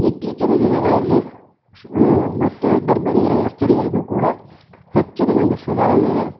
ಇತ್ತೀಚಿನ ದಿನಗಳಲ್ಲಿ ಮತ್ತೆ ಗರ್ಭಿಣಿಯರಿಗೆ ಸ್ತ್ರೀಯರಿಗೂ ಕೂಡ ಹೆಚ್ಚಿನ ಒಂದು ಸುಧಾರಣೆಯ